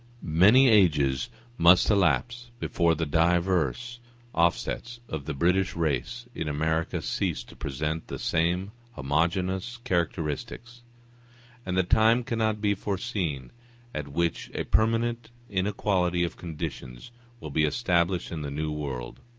many ages must elapse before the divers offsets of the british race in america cease to present the same homogeneous characteristics and the time cannot be foreseen at which a permanent inequality of conditions will be established in the new world.